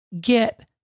get